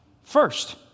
first